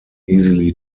easily